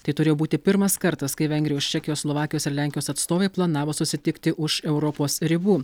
tai turėjo būti pirmas kartas kai vengrijos čekijos slovakijos ir lenkijos atstovai planavo susitikti už europos ribų